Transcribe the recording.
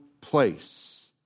place